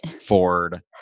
ford